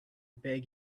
beg